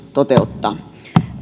toteuttaa